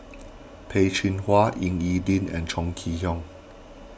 Peh Chin Hua Ying E Ding and Chong Kee Hiong